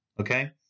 okay